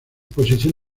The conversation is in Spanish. posición